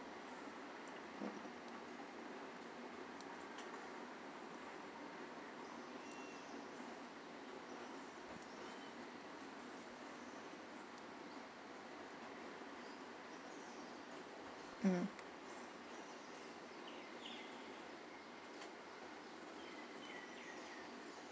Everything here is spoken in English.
mm